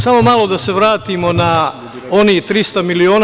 Samo malo da se vratimo na onih 300 miliona.